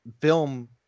film